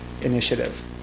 initiative